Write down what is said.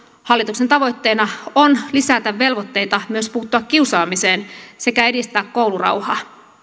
hallituksen tavoitteena on lisätä velvoitteita myös puuttua kiusaamiseen sekä edistää koulurauhaa